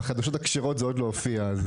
בחדשות הכשרות זה עוד לא הופיע.